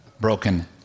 broken